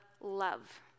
love